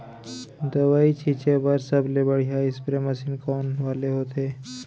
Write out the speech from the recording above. दवई छिंचे बर सबले बढ़िया स्प्रे मशीन कोन वाले होथे?